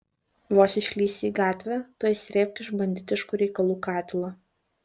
vos išlįsi į gatvę tuoj srėbk iš banditiškų reikalų katilo